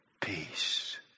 peace